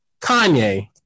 Kanye